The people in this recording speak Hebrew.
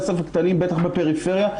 בטח בפריפריה,